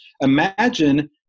imagine